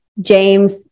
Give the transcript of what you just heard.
James